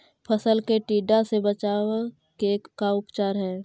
फ़सल के टिड्डा से बचाव के का उपचार है?